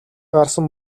гарсан